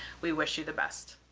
we wish you the best.